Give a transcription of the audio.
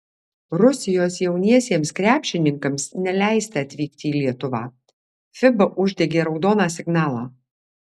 rusijos jauniesiems krepšininkams neleista atvykti į lietuvą fiba uždegė raudoną signalą